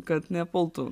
kad nepultų